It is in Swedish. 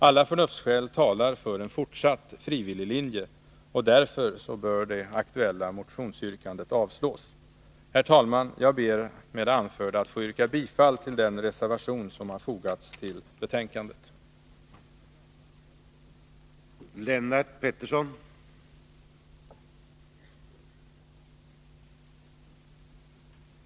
Alla förnuftsskäl talar för en fortsatt frivilliglinje, och därför bör det aktuella motionsyrkandet avslås. Herr talman! Jag ber att med det anförda få yrka bifall till den reservation som fogats till näringsutskottets betänkande nr 13.